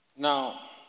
Now